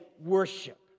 worship